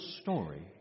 story